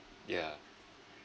yeah